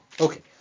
Okay